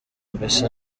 mbese